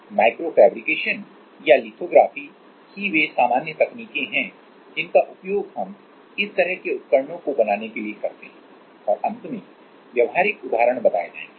micro fabrication या lithography हीवे सामान्य तकनीकें हैं जिनका उपयोग हम इस तरह के उपकरणों को बनाने के लिए करते हैं और अंत में व्यावहारिक उदाहरण बताए जाएंगे